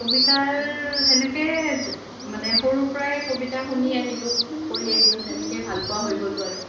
কবিতাৰ সেনেকে যে মানে সৰুৰ পৰাই কবিতা শুনি আহিলোঁ কৰি আহিলোঁ তেনেকেই ভাল পোৱা হৈ গ'লো আৰু